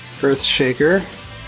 Earthshaker